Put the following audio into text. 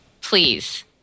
please